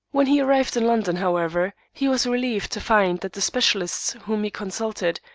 when he arrived in london, however, he was relieved to find that the specialists whom he consulted,